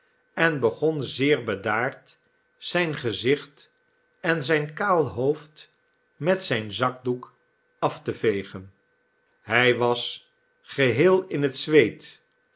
en begon zeer bedaard zijn gezicht en zijn kaal hoofd met zijn zakdoek af te vegen hij was geheel in het zweet